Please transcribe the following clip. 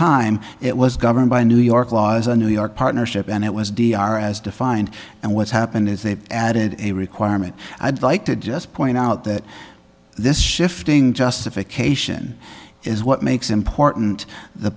time it was governed by new york laws a new york partnership and it was d r as defined and what's happened is they've added a requirement i'd like to just point out that this shifting justification is what makes important the